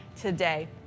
today